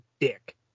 dick